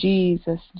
Jesus